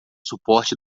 suporte